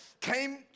came